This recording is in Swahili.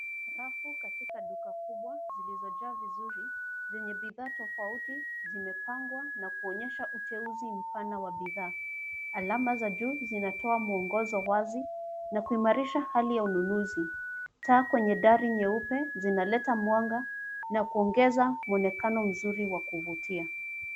Rafu katika duka kubwa zilizojaa vizuri, zenye bidhaa tofauti zimepangwa na kuonyesha uteuzi mpana wa bidhaa. Alama za juu zinaotoa mwongozo wazi na kuimarisha hali ya ununuzi. Taa kwenye dari nyeupe zinaleta mwanga na kuongeza mwonekano mzuri wa kuvutia.